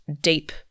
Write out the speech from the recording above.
deep